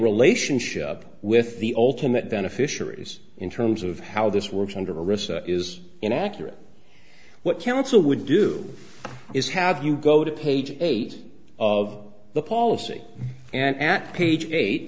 relationship with the ultimate beneficiaries in terms of how this works under arrest is inaccurate what counsel would do is have you go to page eight of the policy and app page